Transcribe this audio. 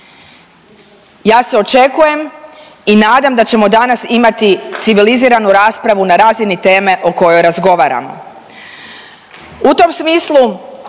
Ja se očekujem i nadam da ćemo danas imati civiliziranu raspravu na razini teme o kojoj razgovaramo.